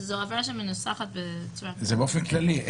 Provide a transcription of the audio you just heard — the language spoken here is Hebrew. זה באופן כללי.